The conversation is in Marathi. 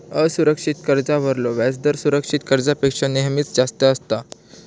असुरक्षित कर्जावरलो व्याजदर सुरक्षित कर्जापेक्षा नेहमीच जास्त असता